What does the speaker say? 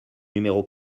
numéro